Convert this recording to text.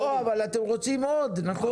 לא, אבל אתם רוצים עוד, נכון?